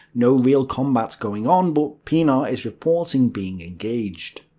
no real combat going on, but pienaar is reporting being engaged.